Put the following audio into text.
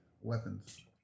weapons